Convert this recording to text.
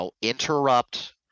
interrupt